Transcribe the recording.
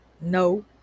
No